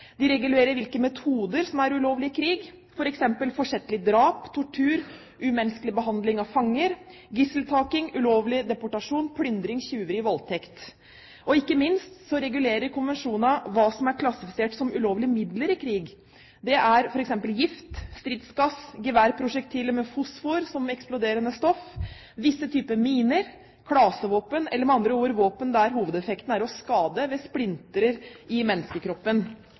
De regulerer hvilke metoder som er ulovlig i krig, f.eks. forsettlig drap, tortur, umenneskelig behandling av fanger, gisseltaking, ulovlig deportasjon, plyndring, tyveri og voldtekt. Og ikke minst regulerer konvensjonene hva som er klassifisert som ulovlige midler i krig. Det er f.eks. gift, stridsgass, geværprosjektiler med fosfor som eksploderende stoff, visse typer miner, klasevåpen, eller med andre ord våpen der hovedeffekten er å skade ved splinter i menneskekroppen.